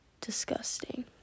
disgusting